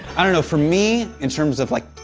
i don't know, for me, in terms of like,